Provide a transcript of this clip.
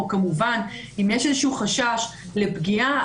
או כמובן אם יש איזשהו חשש לפגיעה,